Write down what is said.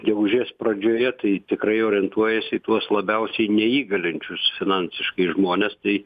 gegužės pradžioje tai tikrai orientuojas į tuos labiausiai neįgalinčius finansiškai žmones tai